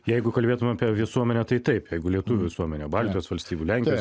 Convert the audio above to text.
jeigu kalbėtume apie visuomenę tai taip jeigu lietuvių visuomenė baltijos valstybių lenkijos